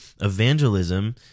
Evangelism